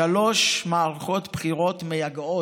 שלוש מערכות בחירות מייגעות,